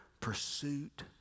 pursuit